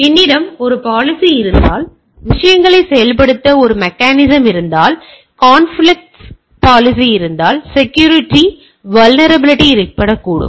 எனவே என்னிடம் ஒரு பாலிசி இருந்தால் விஷயங்களைச் செயல்படுத்த ஒரு மெக்கானிசம் இருந்தால் காண்பிளிக்ட்ஸ் பாலிசி இருந்தால் செக்யூரிட்டி வள்னரபிலிட்டி ஏற்படக்கூடும்